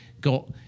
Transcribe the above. got